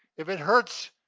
if it hurts,